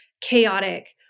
chaotic